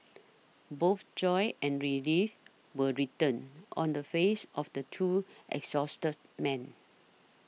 both joy and relief were written on the faces of the two exhausted men